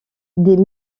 des